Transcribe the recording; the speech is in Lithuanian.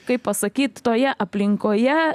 kaip pasakyt toje aplinkoje